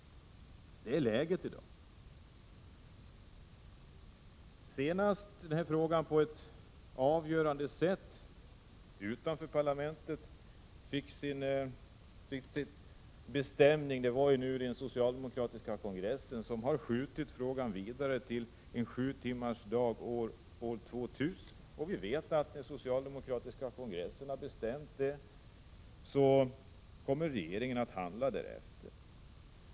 Det är läget i dag. Senast denna fråga på ett avgörande sätt fick sin bestämning utanför parlamentet var vid den socialdemokratiska kongressen, som sköt frågan vidare till att gälla en sjutimmarsdag år 2000. Eftersom den socialdemokratiska kongressen har bestämt detta, kommer regeringen också att handla därefter.